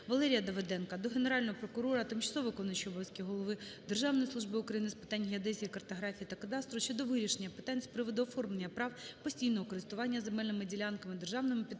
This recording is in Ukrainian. Валерія Давиденка до Генерального прокурора, тимчасово виконуючого обов'язки голови Державної служби України з питань геодезії, картографії та кадастру щодо вирішення питання з приводу оформлення прав постійного користування земельними ділянками державними підприємствами